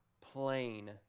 plain